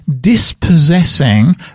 dispossessing